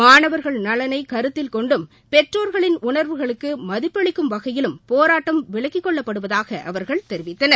மாணவா்கள் நலனை கருத்தில் கொண்டும் பெற்றோர்களின் உணா்வுகளுக்கு மதிப்பளிக்கும் வகையிலும் போராட்டம் விலக்கிக் கொள்ளப்படுவதாக அவர்கள் தெரிவித்தனர்